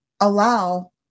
allow